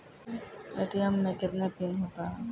ATM मे कितने PIN होता हैं?